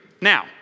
now